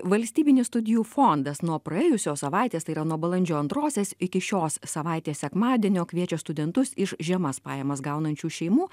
valstybinis studijų fondas nuo praėjusios savaitės tai yra nuo balandžio antrosios iki šios savaitės sekmadienio kviečia studentus iš žemas pajamas gaunančių šeimų